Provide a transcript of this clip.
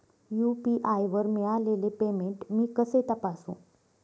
UPI वर मिळालेले payment मी कसे तपासू?